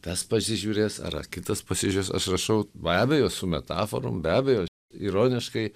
tas pasižiūrės ar ar kitas pasižiūrės aš rašau be abejo su metaforom be abejo ironiškai